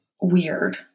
weird